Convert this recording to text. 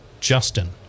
Justin